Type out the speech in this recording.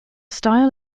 style